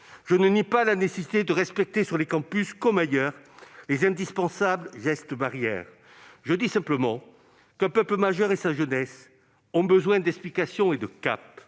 Je ne nie pas la nécessité de respecter sur les campus comme ailleurs les indispensables gestes barrières. Je dis simplement qu'un peuple majeur et sa jeunesse ont besoin d'explications et de cap.